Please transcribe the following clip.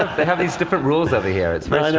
of they have these different rules over here, it's very